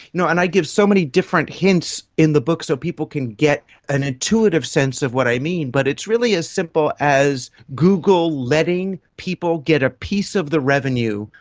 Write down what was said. you know and i give so many different hints in the book so people can get an intuitive sense of what i mean, but it's really as simple as google letting people get a piece of the revenue,